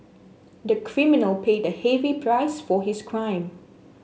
the criminal paid a heavy price for his crime